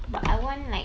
but I want like